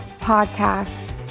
Podcast